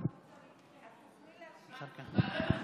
אני אתייחס לזה.